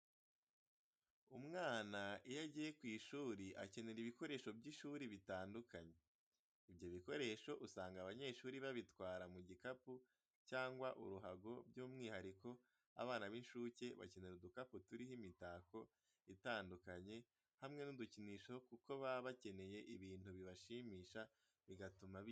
Umwana iyo agiye ku ishuri akenera ibikoresho by'ishuri bitandukanye. Ibyo bikoresho usanga abanyeshuri babitwara mu gikapu cyangwa uruhago, by'umwihariko abana b'incuke bakenera udukapu turiho imitako itandukanye, hamwe n'udukinisho kuko baba bakeneye ibintu bibashimisha, bigatuma biga neza.